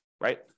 Right